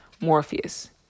Morpheus